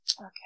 Okay